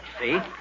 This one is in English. see